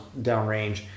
downrange